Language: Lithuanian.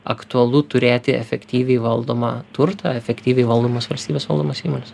aktualu turėti efektyviai valdomą turtą efektyviai valdomos valstybės valdomas įmones